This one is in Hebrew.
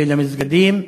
כאלה למסגדים?